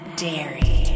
Dairy